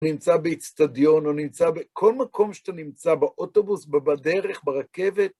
נמצא באיצטדיון, או נמצא ב... כל מקום שאתה נמצא, באוטובוס, בדרך, ברכבת.